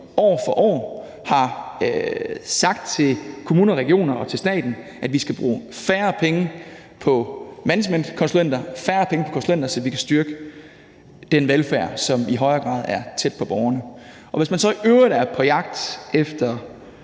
år for år har sagt til kommuner, regioner og staten, at vi skal bruge færre penge på managementkonsulenter, altså færre penge på konsulenter, så vi kan styrke den velfærd, som i højere grad er tæt på borgerne. Hvis man så i øvrigt er på jagt efter